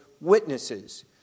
witnesses